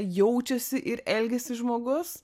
jaučiasi ir elgiasi žmogus